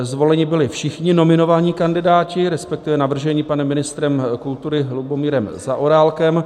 Zvoleni byli všichni nominovaní kandidáti, respektive navrženi panem ministrem kultury Lubomírem Zaorálkem.